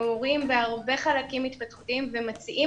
מעורים בהרבה חלקים התפתחותיים ומציעים